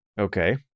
Okay